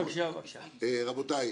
רבותיי,